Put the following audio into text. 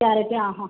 carrot അ അ